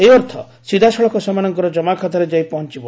ଏହି ଅର୍ଥ ସିଧାସଳଖ ସେମାନଙ୍କର ଜମାଖାତାରେ ଯାଇ ପହଞ୍ଚିବ